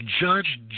judge